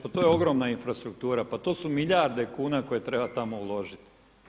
Pa to je ogromna infrastruktura, pa to su milijarde kuna koje treba tamo uložiti.